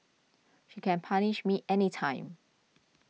she can punish me anytime